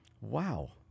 Wow